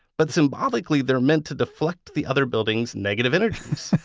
but symbolically they're meant to deflect the other building's negative energies